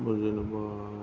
जेनेबा